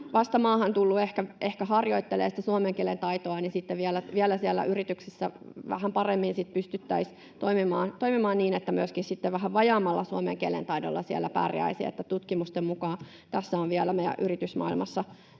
vasta maahan tullut ehkä harjoittelee sitä suomen kielen taitoa, niin että sitten siellä yrityksissä vielä vähän paremmin pystyttäisiin toimimaan niin, että myöskin vähän vajaammalla suomen kielen taidolla siellä pärjäisi — tutkimusten mukaan tässä on vielä meidän yritysmaailmassa